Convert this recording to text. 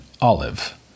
olive